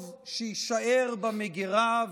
טוב שיישאר במגירה,